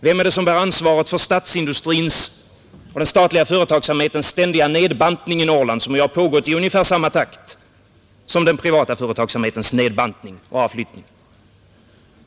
Vem är det som bär ansvaret för statsindustrins och den statliga företagsamhetens ständiga nedbantning i Norrland, som ju har pågått i ungefär samma takt som den privata företagsamhetens nedbantning och avflyttning?